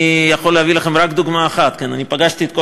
אני יכול להביא לכם רק דוגמה אחת: פגשתי את כל